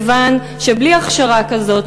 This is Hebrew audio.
כי בלי הכשרה כזאת,